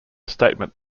statement